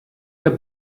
der